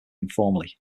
informally